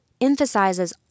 emphasizes